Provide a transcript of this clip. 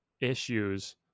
issues